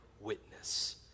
witness